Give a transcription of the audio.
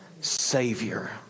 Savior